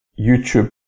YouTube